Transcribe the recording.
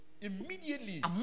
immediately